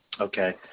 okay